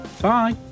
Bye